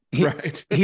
Right